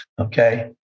okay